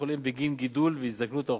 קופות-החולים בגין גידול והזדקנות האוכלוסייה.